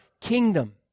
kingdom